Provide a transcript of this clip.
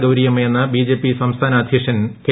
ഗൌരിയമ്മയെന്ന് BJP സംസ്ഥാന അധ്യക്ഷൻ K